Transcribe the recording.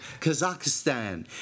Kazakhstan